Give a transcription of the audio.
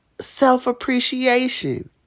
self-appreciation